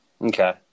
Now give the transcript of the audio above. Okay